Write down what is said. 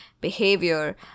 behavior